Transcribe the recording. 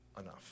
Enough